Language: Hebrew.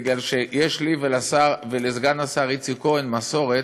בגלל שיש לי ולסגן השר איציק כהן מסורת,